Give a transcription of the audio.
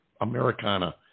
Americana